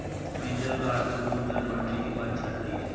महिंद्रा का auto loan दर बढ़ने की बात चल रही है